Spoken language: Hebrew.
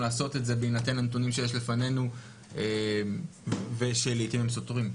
לעשות את זה בהינתן הנתונים שיש לפנינו ושלעיתים הם סותרים.